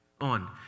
on